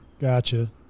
Gotcha